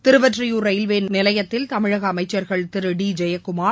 Thiruvottiyur railway நிலையத்தில் தமிழக அமைச்சர்கள் திரு டி ஜெயக்குமார்